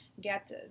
get